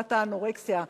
מחלת האנורקסיה,